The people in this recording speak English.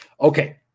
Okay